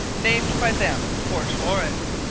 named by them fort lawrence,